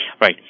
Right